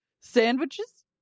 Sandwiches